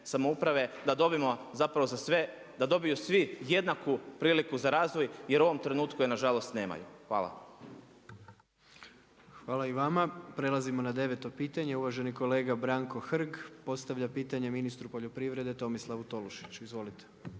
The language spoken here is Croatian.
za sve, da dobiju svi jednaku priliku za razvoj jer u ovom trenutku je nažalost nemaju. Hvala. **Jandroković, Gordan (HDZ)** Hvala i vama, prelazimo na 9. pitanje. Uvaženi kolega Branko Hrg postavlja pitanje ministru poljoprivrede Tomislavu Tolušiću. Izvolite.